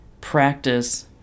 Practice